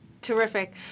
Terrific